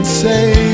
say